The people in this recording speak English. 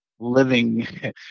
living